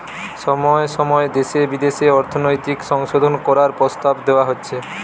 সময় সময় দেশে বিদেশে অর্থনৈতিক সংশোধন করার প্রস্তাব দেওয়া হচ্ছে